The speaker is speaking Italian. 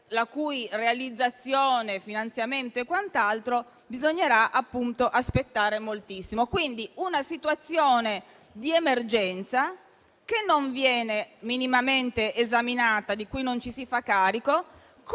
la cui realizzazione, finanziamento e quant'altro bisognerà aspettare moltissimo. La situazione di emergenza non viene quindi minimamente esaminata e di essa non ci si fa carico,